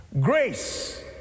Grace